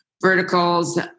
verticals